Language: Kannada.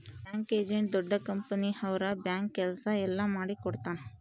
ಬ್ಯಾಂಕ್ ಏಜೆಂಟ್ ದೊಡ್ಡ ಕಂಪನಿ ಅವ್ರ ಬ್ಯಾಂಕ್ ಕೆಲ್ಸ ಎಲ್ಲ ಮಾಡಿಕೊಡ್ತನ